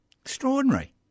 Extraordinary